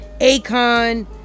akon